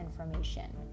information